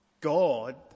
god